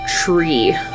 tree